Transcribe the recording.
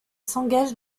s’engage